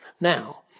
Now